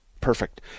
perfect